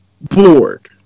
bored